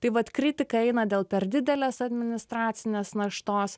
tai vat kritikai eina dėl per didelės administracinės naštos